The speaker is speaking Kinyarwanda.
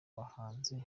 bahanzi